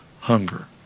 hunger